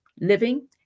living